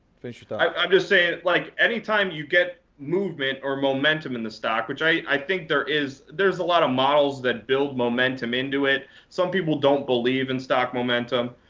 finish your thought. i'm just saying like anytime you get movement or momentum in the stock, which i think there is there's a lot of models that build momentum into it. some people don't believe in stock momentum.